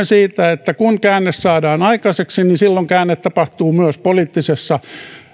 siitä että kun käänne saadaan aikaiseksi niin silloin käänne tapahtuu myös poliittisessa